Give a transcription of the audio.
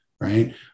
Right